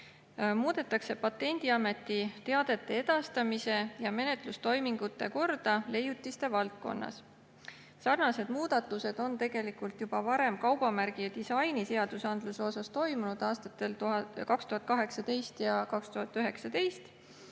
muudetakse Patendiameti teadete edastamise ja menetlustoimingute korda leiutiste valdkonnas. Sarnased muudatused on tegelikult juba varem kaubamärgi ja disaini seadusandluses toimunud aastatel 2018 ja 2019,